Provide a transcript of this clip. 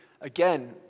Again